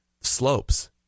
Slopes